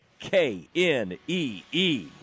K-N-E-E